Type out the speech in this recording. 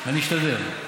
אני אשתדל.